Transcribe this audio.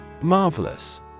Marvelous